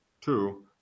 Two